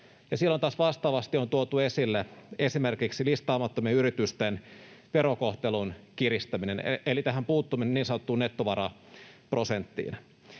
silloin taas vastaavasti on tuotu esille esimerkiksi listaamattomien yritysten verokohtelun kiristäminen eli puuttuminen niin sanottuun nettovaraprosenttiin.